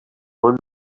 own